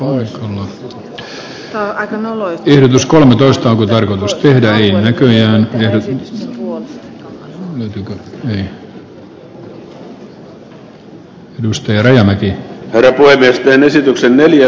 täällä ei saanut äänestettyä ainakaan tällä laitteella tässä rivissä joten pyydän että pöytäkirjaan merkitään että yritin äänestää ei